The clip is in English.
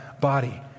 body